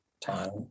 time